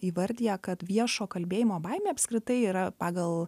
įvardiję kad viešo kalbėjimo baimė apskritai yra pagal